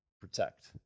protect